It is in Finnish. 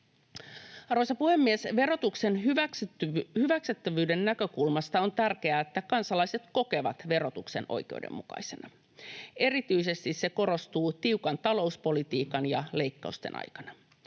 Arvoisa puhemies! Verotuksen hyväksyttävyyden näkökulmasta on tärkeää, että kansalaiset kokevat verotuksen oikeudenmukaisena. Erityisesti se korostuu tiukan talouspolitiikan ja leikkausten aikana.